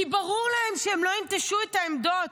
כי ברור להם שהם לא יינטשו את העמדות.